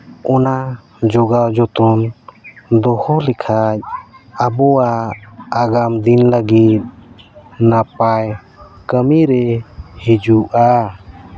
ᱚᱱᱟ ᱡᱚᱜᱟᱣ ᱡᱚᱛᱚᱱ ᱫᱚᱦᱚ ᱞᱮᱠᱷᱟᱱ ᱟᱵᱚᱣᱟᱜ ᱟᱜᱟᱢ ᱫᱤᱱ ᱞᱟᱹᱜᱤᱫ ᱱᱟᱯᱟᱭ ᱠᱟᱹᱢᱤ ᱨᱮ ᱦᱤᱡᱩᱜᱼᱟ